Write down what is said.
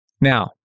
Now